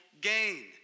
gain